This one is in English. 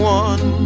one